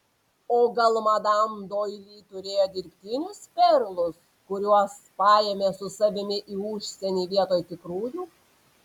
o gal madam doili turėjo dirbtinius perlus kuriuos paėmė su savimi į užsienį vietoj tikrųjų